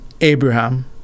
Abraham